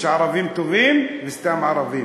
יש ערבים טובים וסתם ערבים.